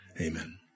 Amen